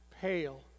pale